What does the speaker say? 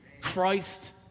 Christ